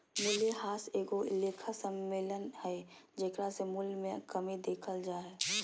मूल्यह्रास एगो लेखा सम्मेलन हइ जेकरा से मूल्य मे कमी देखल जा हइ